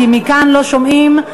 כי מכאן לא שומעים.